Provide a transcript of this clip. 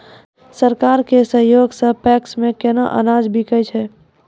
सरकार के सहयोग सऽ पैक्स मे केना अनाज बिकै छै?